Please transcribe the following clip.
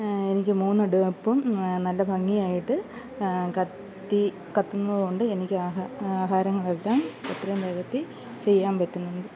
എനിക്ക് മൂന്ന് അടുപ്പും നല്ല ഭംഗിയായിട്ട് കത്തി കത്തുന്നത് കൊണ്ട് എനിക്ക് ആഹാ ആഹാരം വയ്ക്കാൻ എത്രയും വേഗത്തിൽ ചെയ്യാൻ പറ്റുന്നു